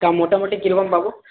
তাও মোটামুটি কী রকম পাব